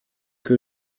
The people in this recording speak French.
que